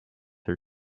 her